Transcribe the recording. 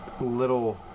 little